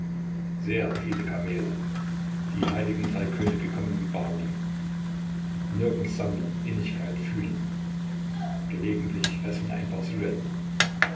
sehr viele kamele die heiligen drei könige kommen wie barnum nirgends sammlung innigkeit fühlen gelegentlich fesseln ein paar